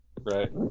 right